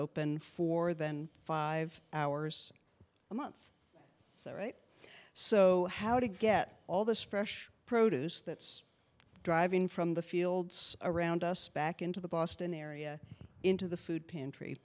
open for than five hours a month so right so how to get all this fresh produce that's driving from the fields around us back into the boston area into the food pantry